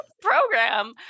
program